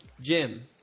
Jim